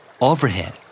Overhead